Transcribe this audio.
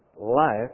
life